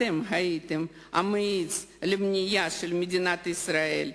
אתם הייתם המאיץ לבנייה של מדינת ישראל,